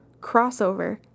Crossover